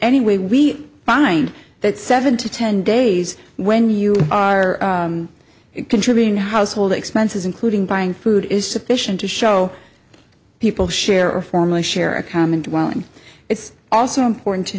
anyway we find that seven to ten days when you are contributing to household expenses including buying food is sufficient to show people share or form a share a common one it's also important to